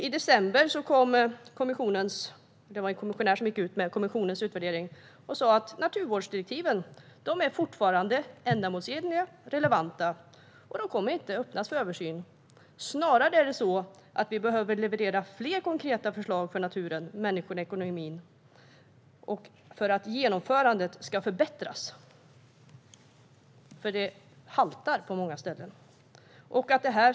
I december gick en kommissionär ut med kommissionens utvärdering och sa att naturvårdsdirektiven fortfarande är ändamålsenliga och relevanta och inte kommer att öppnas för översyn. Snarare är det så att vi behöver leverera fler konkreta förslag för naturen, människorna och ekonomin samt för att genomförandet ska förbättras. Det haltar nämligen på många ställen.